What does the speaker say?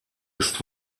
ist